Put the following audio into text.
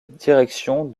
direction